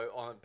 on